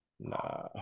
Nah